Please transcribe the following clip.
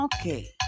Okay